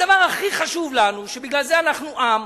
הדבר הכי חשוב לנו, שבגלל זה אנחנו עם,